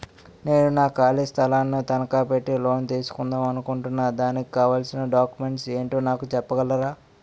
నేను నా ఖాళీ స్థలం ను తనకా పెట్టి లోన్ తీసుకుందాం అనుకుంటున్నా దానికి కావాల్సిన డాక్యుమెంట్స్ ఏంటో నాకు చెప్పగలరా?